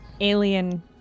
Alien